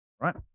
right